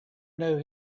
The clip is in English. knew